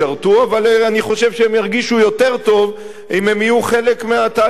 אבל אני חושב שהם ירגישו יותר טוב אם הם יהיו חלק מהתהליך הזה.